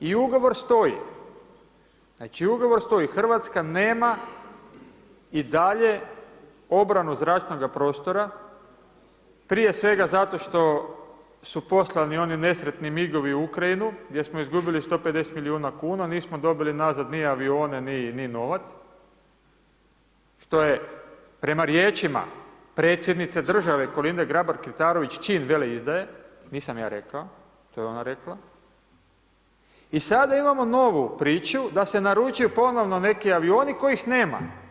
I ugovor stoji, znači ugovor stoji, Hrvatska nema i dalje obranu zračnoga prostora, prije svega zato što su poslani oni nesretni MIG-ovi u Ukrajinu, gdje smo izgubili 150 milijuna kuna, nismo dobili nazad ni avione, ni novac, što je prema riječima Predsjednice države Kolinde Grabar Kitarović, čin veleizdaje, nisam ja rekao, to je ona rekla, i sada imamo novu priču da se naručuju ponovno neki avioni kojih nema.